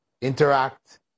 interact